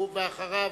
ואחריו,